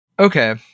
Okay